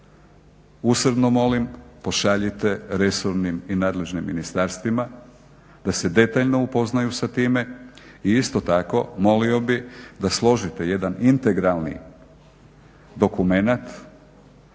usrdno molim pošaljite resornim i nadležnim ministarstvima da se detaljno upoznaju sa time i isto tako molio bih da složite jedan integralni dokumenat